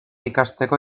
ikasteko